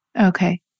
Okay